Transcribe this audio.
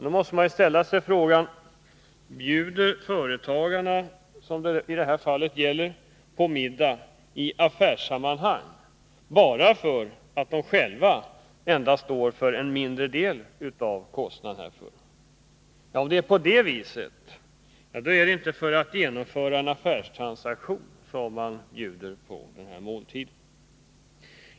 Då måste man ställa sig frågan: Bjuder företagarna på middag i affärssammanhang bara för att de själva behöver stå för endast en mindre del av kostnaden? Om det är på det viset, då är det inte för att genomföra en affärstransaktion som man bjuder på dessa måltider.